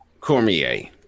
cormier